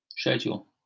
Schedule